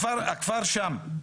הכפר שם,